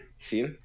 See